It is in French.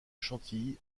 chantilly